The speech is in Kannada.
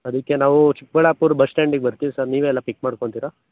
ಅದಕ್ಕೆ ನಾವು ಚಿಕ್ಕಬಳ್ಳಾಪುರ ಬಸ್ ಸ್ಟ್ಯಾಂಡಿಗೆ ಬರ್ತೀವಿ ಸರ್ ನೀವೆ ಎಲ್ಲ ಪಿಕ್ ಮಾಡ್ಕೊಳ್ತೀರ